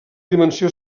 dimensió